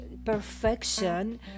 perfection